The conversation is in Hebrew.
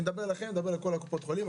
אני מדבר אל כל קופות החולים,